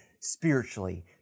spiritually